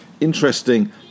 interesting